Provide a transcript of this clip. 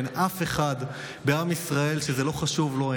אין אף אחד בעם ישראל שזה לא חשוב לו,